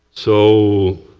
so